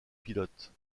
pilote